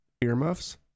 Earmuffs